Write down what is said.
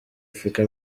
africa